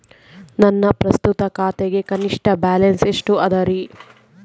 ನನ್ನ ಪ್ರಸ್ತುತ ಖಾತೆಗೆ ಕನಿಷ್ಠ ಬ್ಯಾಲೆನ್ಸ್ ಎಷ್ಟು ಅದರಿ?